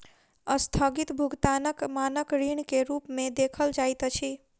अस्थगित भुगतानक मानक ऋण के रूप में देखल जाइत अछि